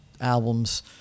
albums